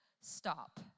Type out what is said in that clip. stop